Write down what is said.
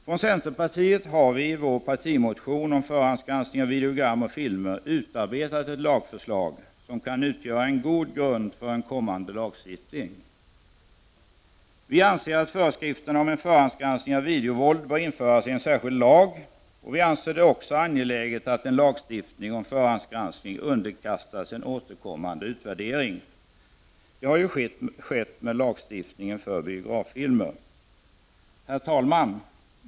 Vi i centerpartiet har i vår partimotion om förhandsgranskning av filmer och videogram utarbetat ett lagförslag som kan utgöra en god grund för en kommande lagstiftning. Vi anser att föreskrifter om en förhandsgranskning av videovåld bör införas i en särskild lag. Vi anser det också angeläget att en lagstiftning om förhandsgranskning underkastas en kommande utvärdering. Detta har ju skett med lagstiftningen för biograffilmer. Herr talman!